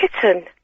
kitten